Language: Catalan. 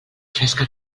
fresca